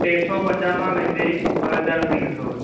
टे सौ पंजाह खां वेंदे ॿ हज़ार ताईं अथव